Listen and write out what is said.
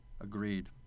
Agreed